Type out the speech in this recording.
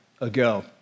ago